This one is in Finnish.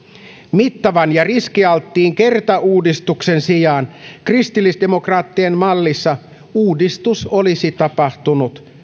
mittavan ja riskialttiin kertauudistuksen sijaan kristillisdemokraattien mallissa uudistus olisi tapahtunut